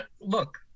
look